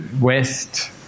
West